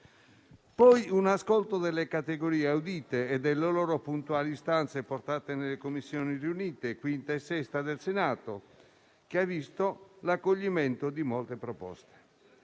un ascolto delle categorie audite e delle loro puntuali istanze portate nelle Commissioni riunite 5a e 6a del Senato, che ha visto l'accoglimento di molte proposte;